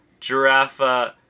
Giraffe